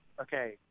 okay